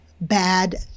bad